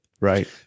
Right